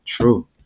true